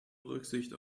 rücksicht